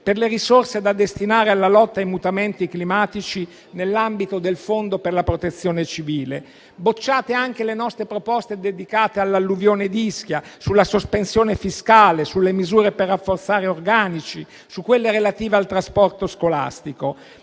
per le risorse da destinare alla lotta ai mutamenti climatici nell'ambito del fondo per la protezione civile. Sono state bocciate anche le nostre proposte dedicate all'alluvione di Ischia, sulla sospensione fiscale, sulle misure per rafforzare gli organici, su quelle relative al trasporto scolastico.